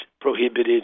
prohibited